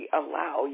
allow